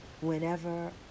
whenever